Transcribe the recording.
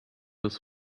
this